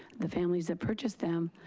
the families that purchase them,